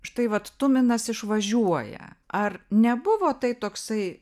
štai vat tuminas išvažiuoja ar nebuvo tai toksai